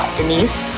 Denise